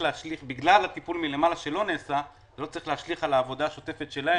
בגלל הטיפול מלמעלה שלא נעשה זה לא צריך להשליך על העבודה השוטפת שלהם.